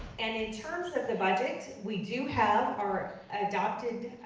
and in terms of the budget, we do have our adopted,